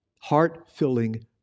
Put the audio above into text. heart-filling